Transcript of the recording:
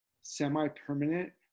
semi-permanent